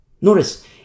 Notice